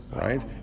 right